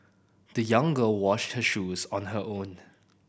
the young girl washed her shoes on her own